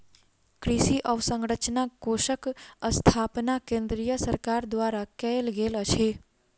कृषि अवसंरचना कोषक स्थापना केंद्रीय सरकार द्वारा कयल गेल अछि